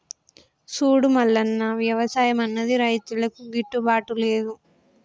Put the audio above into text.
సూడు మల్లన్న, వ్యవసాయం అన్నది రైతులకు గిట్టుబాటు లేదు